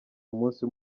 umunsi